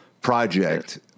project